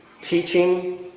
teaching